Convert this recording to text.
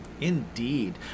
Indeed